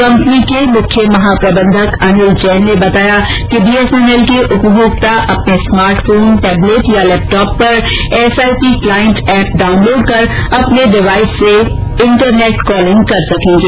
company के मुख्य महाप्रबंधक अनिल जैन ने बताया कि बीएसएनएल के उपभोक्ता अपने स्मार्टफोन टैबलेट या लैपटॉप पर एसआईपी क्लाइंट एप डाउनलोड कर अपने डिवाइस से इंटनेट कॉलिंग कर सकेंगे